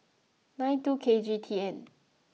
nine two K G T N